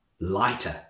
lighter